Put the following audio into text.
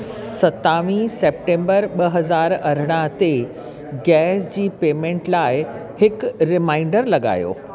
सतावीह सेप्टेंबर ॿ हज़ार अरिड़हं ते गैस जी पेमेंट लाइ हिकु रिमाइंडर लॻायो